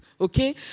okay